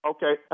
Okay